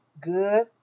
Good